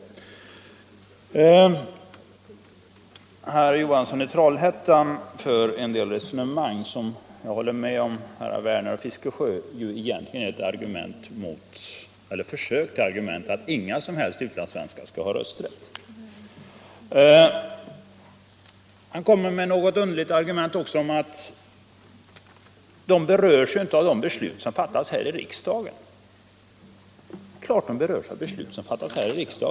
När det gäller en del resonemang som herr Johansson i Trollhättan för, så håller jag med herr Werner i Malmö och herr Fiskesjö om att det egentligen är ett försök till argumentering för att inga som helst utlandssvenskar skall ha rösträtt. Herr Johansson kom också med något konstigt argument om att utlandssvenskarna inte berörs av de beslut som fattas här i riksdagen. Men det är klart att de berörs av sådana beslut.